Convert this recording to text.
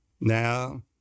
Now